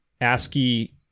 ASCII